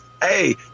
Hey